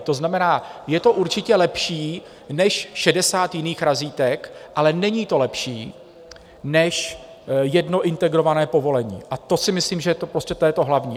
To znamená, je to určitě lepší než šedesát jiných razítek, ale není to lepší než jedno integrované povolení, a to si myslím, že je to hlavní.